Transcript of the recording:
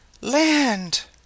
Land